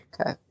okay